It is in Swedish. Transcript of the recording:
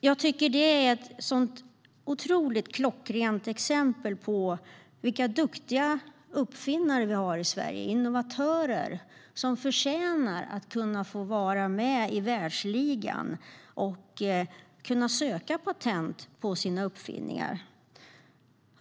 Det här är ett så otroligt klockrent exempel på vilka duktiga uppfinnare vi har i Sverige, innovatörer, som förtjänar att få vara med i världsligan och söka patent på sina uppfinningar.